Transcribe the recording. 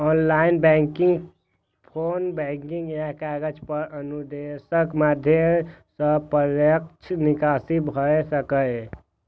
online banking, phone banking या कागज पर अनुदेशक माध्यम सं प्रत्यक्ष निकासी भए सकैए